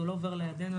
זה לא עובר לידנו.